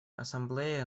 ассамблее